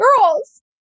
girls